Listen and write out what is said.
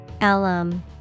alum